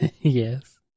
Yes